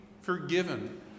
forgiven